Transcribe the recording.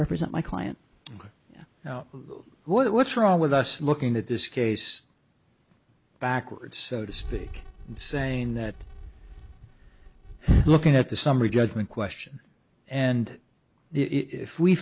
represent my client what's wrong with us looking at this case backwards so to speak and saying that looking at the summary judgment question and if we